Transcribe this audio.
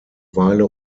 weile